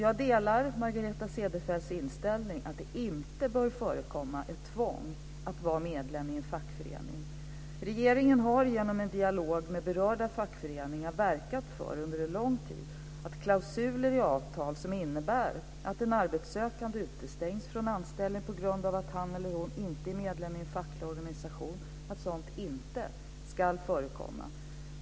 Jag delar Margareta Cederfelts inställning att det inte bör förekomma ett tvång att vara medlem i en fackförening. Regeringen har genom en dialog med berörda fackföreningar under en lång tid verkat för att klausuler i avtal, som innebär att en arbetssökande utestängs från anställning på grund av att han eller hon inte är medlem i en facklig organisation, inte ska förekomma.